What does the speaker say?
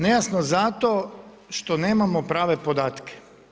Nejasno zato što nemamo prave podatke.